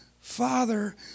Father